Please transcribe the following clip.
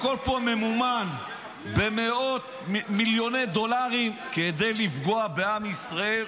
הכול פה ממומן במאות מיליוני דולרים כדי לפגוע בעם ישראל,